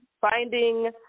finding